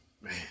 Man